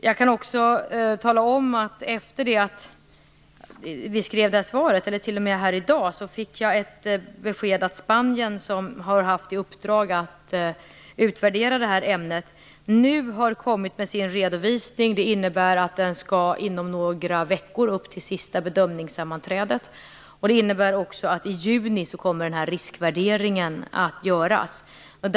Jag kan också tala om att jag efter det att vi skrev svaret - i dag - fick beskedet att Spanien, som har haft i uppdrag att utvärdera ämnet, nu har kommit med sin redovisning. Det innebär att den inom några veckor skall upp till sista bedömningssammanträdet. Det innebär också att riskvärderingen kommer att göras i juni.